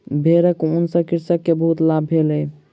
भेड़क ऊन सॅ कृषक के बहुत लाभ भेलै